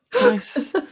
nice